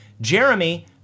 Jeremy